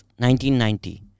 1990